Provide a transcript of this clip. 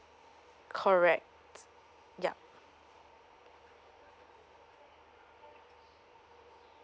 correct ya